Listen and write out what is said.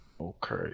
Okay